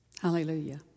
Hallelujah